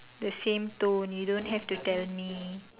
the same tone you don't have to tell me